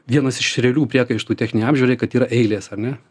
vienas iš realių priekaištų techninei apžiūrai kad yra eilės ar ne